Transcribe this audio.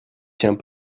tient